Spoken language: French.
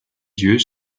yeux